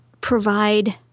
provide